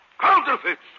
Counterfeits